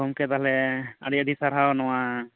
ᱜᱚᱢᱠᱮ ᱛᱟᱦᱚᱞᱮ ᱟᱹᱰᱤ ᱟᱹᱰᱤ ᱥᱟᱨᱦᱟᱣ ᱱᱚᱣᱟ